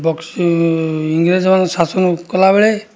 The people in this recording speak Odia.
ବକ୍ସି ଇଂରେଜମାନେ ଶାସନ କଲାବେଳେ